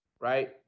Right